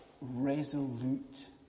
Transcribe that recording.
resolute